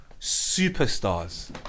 Superstars